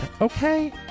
Okay